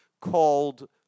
called